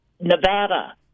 Nevada